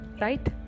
Right